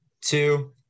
two